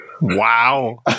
Wow